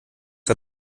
hat